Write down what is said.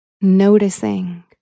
noticing